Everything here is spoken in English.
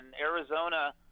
arizona